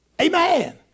Amen